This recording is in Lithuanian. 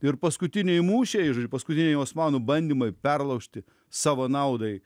ir paskutiniai mūšiai ir paskutiniai osmanų bandymai perlaužti savo naudai